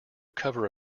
cover